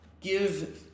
give